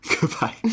Goodbye